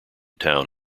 town